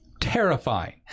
terrifying